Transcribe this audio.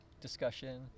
discussion